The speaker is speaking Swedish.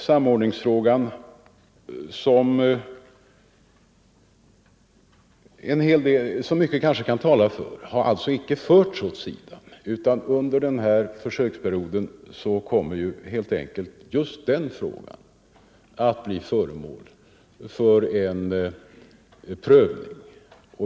Mycket kanske kan tala för en samordning, och frågan därom har alltså inte förts åt sidan, utan under den här försöksperioden kommer just det spörsmålet att bli föremål för prövning.